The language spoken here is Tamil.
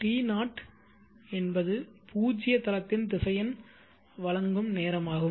T0 T0 என்பது பூஜ்ஜிய தளத்தின் திசையன் வழங்கும் நேரமாகும்